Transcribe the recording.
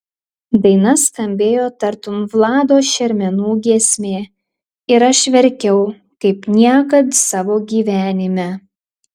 daina skambėjo tartum vlado šermenų giesmė ir aš verkiau kaip niekad savo gyvenime